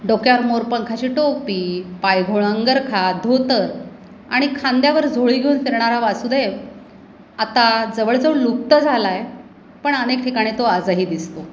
डोक्यावर मोरपंखाची टोपी पायघोळ अंगरखा धोतर आणि खांद्यावर झोळी घेऊन फिरणारा वासुदेव आता जवळजवळ लुप्त झाला आहे पण अनेक ठिकाणी तो आजही दिसतो